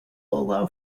allow